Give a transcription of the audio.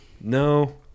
No